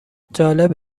جالب